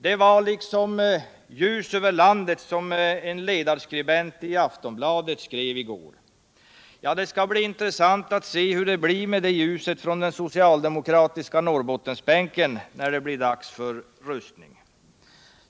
Det var liksom ”ljus över landet”, ansåg en ledarskribent i Aftonbladet i går. Det skall bli intressant att se hur det blir med ljuset från den socialdemokratiska Norrbottensbänken när det blir dags för röstning.